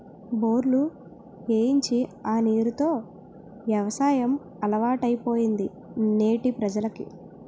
బోర్లు ఏయించి ఆ నీరు తో యవసాయం అలవాటైపోయింది నేటి ప్రజలకి